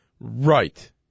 Right